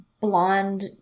blonde